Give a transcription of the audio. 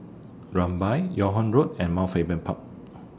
Rumbia Yung Ho Road and Mount Faber Park